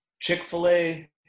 Chick-fil-A